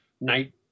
night